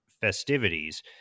festivities